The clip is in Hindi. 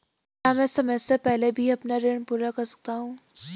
क्या मैं समय से पहले भी अपना ऋण पूरा कर सकता हूँ?